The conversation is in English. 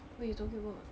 what you talking about